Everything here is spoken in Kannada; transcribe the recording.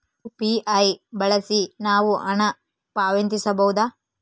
ಯು.ಪಿ.ಐ ಬಳಸಿ ನಾವು ಹಣ ಪಾವತಿಸಬಹುದಾ?